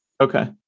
Okay